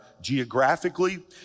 geographically